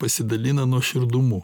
pasidalina nuoširdumu